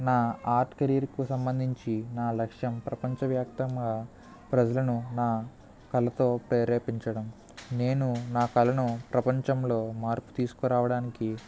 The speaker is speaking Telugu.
నా ఆర్ట్ కెరీర్కు సంబంధించి నా లక్ష్యం ప్రపంచ వ్యాప్తంగా ప్రజలను నా కళతో ప్రేరేపించడం నేను నా కళను ప్రపంచంలో మార్పు తీసుకురావడానికి